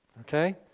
okay